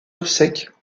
obsèques